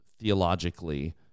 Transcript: theologically